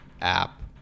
app